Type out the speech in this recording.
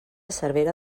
cervera